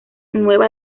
nueva